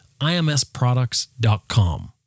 imsproducts.com